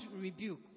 rebuke